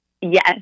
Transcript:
Yes